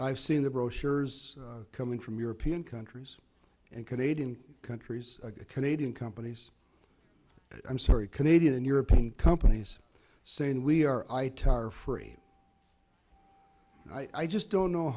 i've seen the brochures come in from european countries and canadian countries canadian companies i'm sorry canadian and european companies saying we are i tire free i just don't know